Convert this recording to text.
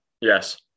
Yes